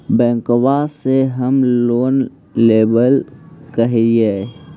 बैंकवा से हम लोन लेवेल कहलिऐ?